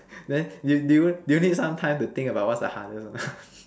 then do do you do you need some time to think about what's the hardest or not